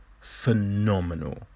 phenomenal